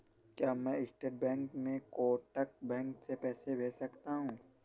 क्या मैं state bank से कोटक बैंक में पैसे भेज सकता हूँ?